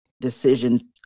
decision